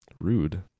Rude